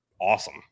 awesome